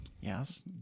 Yes